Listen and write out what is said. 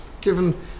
given